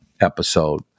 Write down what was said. episode